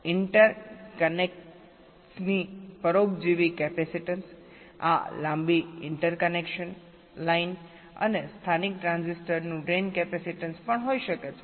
ઇન્ટરકનેક્ટ્સની પરોપજીવી કેપેસીટન્સ આ લાંબી ઇન્ટરકનેક્શન લાઇન અને સ્થાનિક ટ્રાન્ઝિસ્ટરનું ડ્રેઇન કેપેસિટેન્સ પણ હોઈ શકે છે